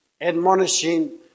Admonishing